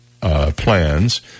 plans